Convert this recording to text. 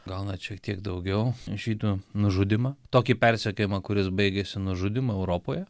gal net šiek tiek daugiau žydų nužudymą tokį persekiojimą kuris baigėsi nužudymu europoje